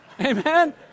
Amen